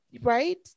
right